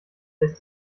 lässt